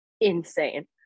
insane